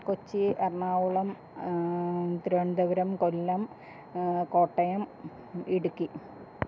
Kochi Ernakulam Thiruvananthapuram Kollam Kottayam Idukki